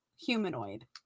humanoid